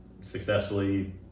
successfully